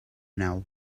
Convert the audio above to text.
now